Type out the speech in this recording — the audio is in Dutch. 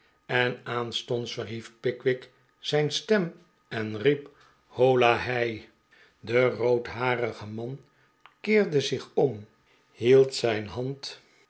en aanstonds verhief pickwick zijn stem en riep hola hei de roodharige man keerde zich om hield zijn hand